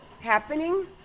happening